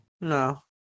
No